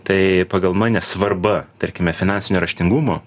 tai pagal mane svarba tarkime finansinio raštingumo